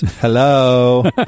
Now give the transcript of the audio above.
hello